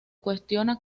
cuestiona